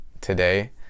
today